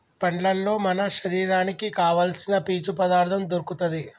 పండ్లల్లో మన శరీరానికి కావాల్సిన పీచు పదార్ధం దొరుకుతది